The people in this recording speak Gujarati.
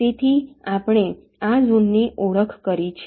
તેથી આપણે આ ઝોનની ઓળખ કરી છે